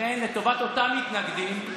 לכן, לטובת אותם מתנגדים,